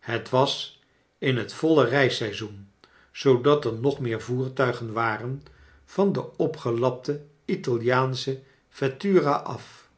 het was in het voile reisseizoen zoodat er nog meer voertuigen waren van de opgelapte italiaansche vettura af